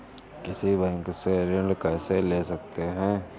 किसी बैंक से ऋण कैसे ले सकते हैं?